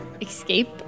escape